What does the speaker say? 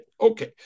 okay